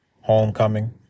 Homecoming